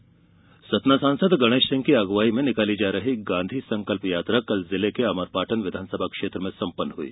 संकल्प यात्रा सतना सांसद गणेश सिंह की अगुवाई में निकाली जा रही गांधी संकल्प यात्रा कल जिले के अमरपाटन विधानसभा क्षेत्र में संपन्न हुई